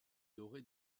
dorés